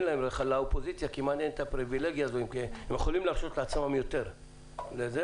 חברי האופוזיציה יכולים להרשות לעצמם להיות יותר נוכחים,